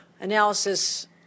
analysis